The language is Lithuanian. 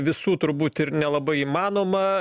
visų turbūt ir nelabai įmanoma